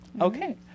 Okay